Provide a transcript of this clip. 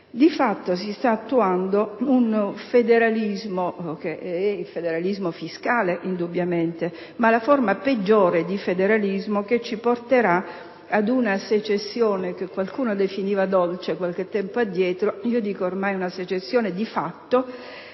Di fatto si sta attuando un federalismo, che è quello fiscale, indubbiamente, ma che è la forma peggiore di federalismo, che ci porterà ad una secessione, che qualcuno definiva dolce qualche tempo addietro e che io ritengo ormai una secessione di fatto,